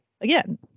again